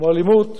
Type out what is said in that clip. כמו אלימות,